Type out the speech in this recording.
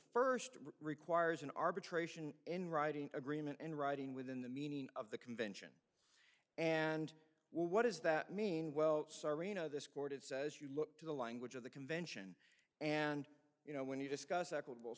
first requires an arbitration in writing agreement in writing within the meaning of the convention and what does that mean well sorry no this chorded says you look to the language of the convention and you know when you discuss equitable